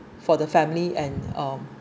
for the family and um